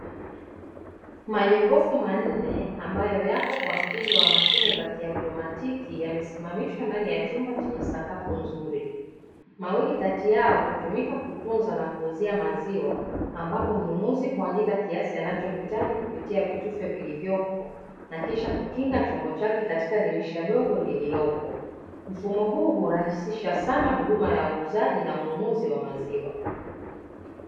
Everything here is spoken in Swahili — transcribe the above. Majokofu manne ambayao yapo kwa mtindo wa kiatomatiki yamesimamishwa ndani ya chumba chenye sakafu nzuri, mawili kati yao yametumika kutunza na kuuzia maziwa ambapo mnunuzi huandika kiasi anacho hitaji kupitia vitufe vilivyopo na kisha kukinga chombo chake katika dirisha dogo lililopo. Mfumo huu hurahisisha sana huduma ya uuzaji na ununuzi wa maziwa.